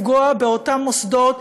הוא לפגוע באותם מוסדות,